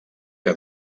que